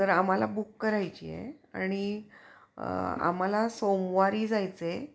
तर आम्हाला बुक करायची आहे आणि आम्हाला सोमवारी जायचं आहे